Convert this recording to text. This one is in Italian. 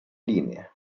linea